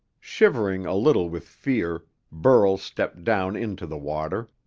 shivering a little with fear, burl stepped down into the water,